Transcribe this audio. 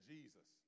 Jesus